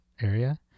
area